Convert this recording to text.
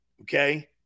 Okay